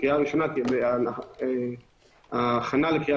הקריאה הראשונה תהיה -- -ההכנה לקריאה